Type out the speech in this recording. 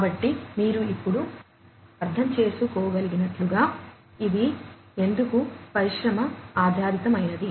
కాబట్టి మీరు ఇప్పుడు అర్థం చేసుకోగలిగినట్లుగా ఇది ఎందుకు పరిశ్రమ ఆధారితమైనది